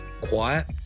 quiet